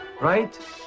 right